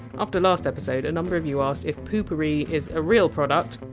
after last episode, a number of you asked if poo-pourri is a real product.